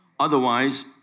Otherwise